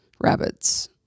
rabbits